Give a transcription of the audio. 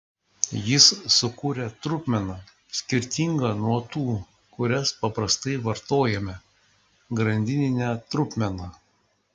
jis sukūrė trupmeną skirtingą nuo tų kurias paprastai vartojame grandininę trupmeną